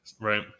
Right